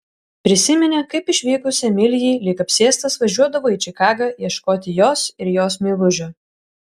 prisiminė kaip išvykus emilijai lyg apsėstas važiuodavo į čikagą ieškoti jos ir jos meilužio